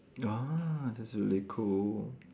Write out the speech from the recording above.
ah that's really cool